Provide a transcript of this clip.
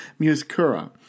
Muscura